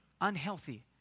unhealthy